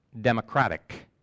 democratic